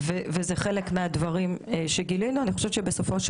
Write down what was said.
כמובן יש גם את הדיון על החלופות.